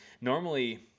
normally